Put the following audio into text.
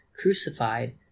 crucified